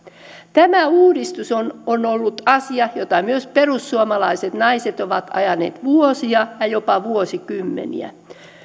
tämä uudistus on on ollut asia jota myös perussuomalaiset naiset on ajanut vuosia ja jopa vuosikymmeniä